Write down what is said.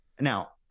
now